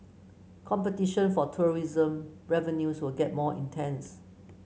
competition for tourism revenues will get more intense